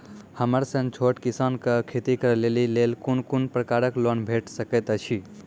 हमर सन छोट किसान कअ खेती करै लेली लेल कून कून प्रकारक लोन भेट सकैत अछि?